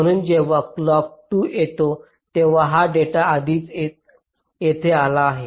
म्हणून जेव्हा क्लॉक 2 येतो तेव्हा हा डेटा आधीच येथे आला आहे